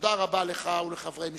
תודה רבה לך ולחברי משלחתך.